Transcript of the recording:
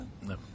No